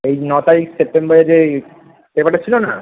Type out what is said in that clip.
ওই ন তারিখ সেপ্টেম্বরে যে পেপারটা ছিলো না